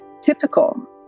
typical